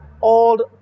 old